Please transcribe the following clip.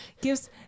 gives